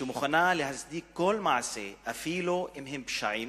שמוכנה להצדיק כל מעשה, אפילו אם זה פשעים,